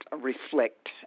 reflect